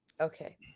okay